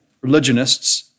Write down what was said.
religionists